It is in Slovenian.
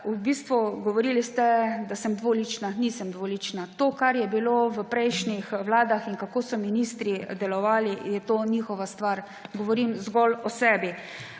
V bistvu govorili ste, da sem dvolična. Nisem dvolična. To, kar je bilo v prejšnjih vladah in kako so ministri delovali, je to njihova stvar. Govorim zgolj o sebi.